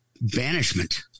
banishment